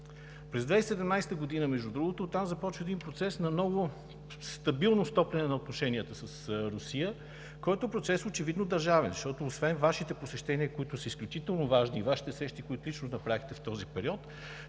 През 2017 г., между другото, оттам започва един процес на много стабилно стопляне на отношенията с Русия, който процес очевидно е държавен, защото освен Вашите посещения, които са изключително важни, и Вашите срещи, които лично направихте в този период,